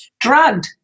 drugged